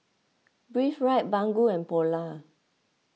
Breathe Right Baggu and Polar